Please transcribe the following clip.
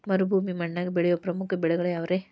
ಮರುಭೂಮಿ ಮಣ್ಣಾಗ ಬೆಳೆಯೋ ಪ್ರಮುಖ ಬೆಳೆಗಳು ಯಾವ್ರೇ?